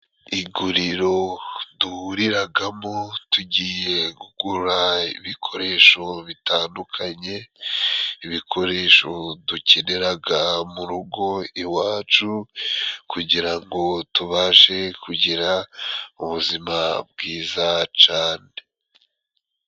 Iguriro duhuriragamo tugiye kugura ibikoresho bitandukanye, ibikoresho dukeneraga mu rugo iwacu kugira ngo tubashe kugira ubuzima bwiza cane.